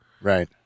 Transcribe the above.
Right